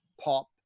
pop